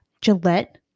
gillette